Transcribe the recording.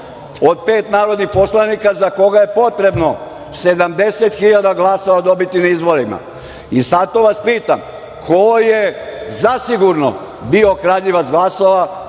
od pet narodnih poslanika za koga je potrebno 70 hiljada glasova dobiti na izborima i zato vas pitam – ko je zasigurno bio kradljivac glasova?